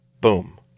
boom